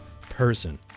person